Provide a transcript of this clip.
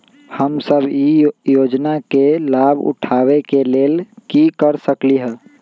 हम सब ई योजना के लाभ उठावे के लेल की कर सकलि ह?